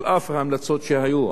על אף ההמלצות שהיו,